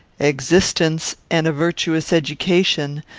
existence and a virtuous education,